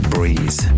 Breeze